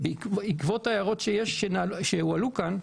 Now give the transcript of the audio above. בעקבות ההערות שהועלו כאן,